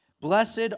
Blessed